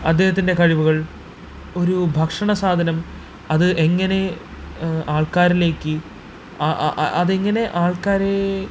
അദ്ദേഹത്തിന്റെ കഴിവുകള് ഒരു ഭക്ഷണ സാധനം അത് എങ്ങനെ ആള്ക്കാരിലേക്ക് അതെങ്ങനെ ആള്ക്കാരെ